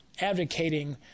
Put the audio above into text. advocating